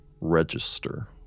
register